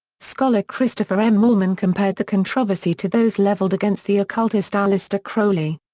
scholar christopher m. moreman compared the controversy to those levelled against the occultist aleister crowley.